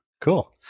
Cool